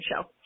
show